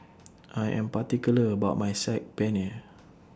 I Am particular about My Saag Paneer